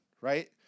right